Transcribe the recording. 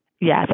Yes